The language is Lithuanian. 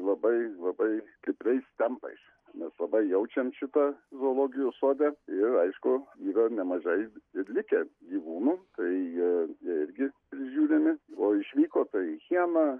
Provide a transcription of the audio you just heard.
labai labai stipriais tempais mes labai jaučiam šitą zoologijos sode ir aišku yra nemažai ir likę gyvūnų tai jie jie irgi prižiūrimi o išvyko tai hiena